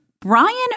Brian